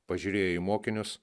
pažiūrėjo į mokinius